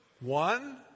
One